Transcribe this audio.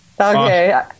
Okay